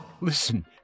Listen